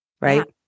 Right